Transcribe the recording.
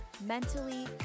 mentally